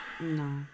No